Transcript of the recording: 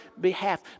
behalf